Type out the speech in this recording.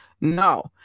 no